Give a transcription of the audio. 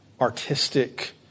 artistic